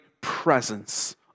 presence